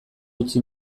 utzi